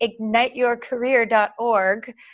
igniteyourcareer.org